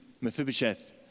Mephibosheth